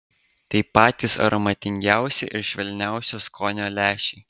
tai patys aromatingiausi ir švelniausio skonio lęšiai